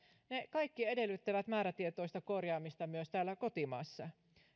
kaikki edellyttävät määrätietoista korjaamista myös täällä kotimaassa